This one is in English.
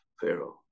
Pharaoh